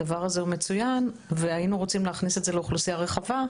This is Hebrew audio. הדבר הזה הוא מצוין והיינו רוצים להכניס את זה לאוכלוסייה רחבה,